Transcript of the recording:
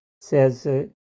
says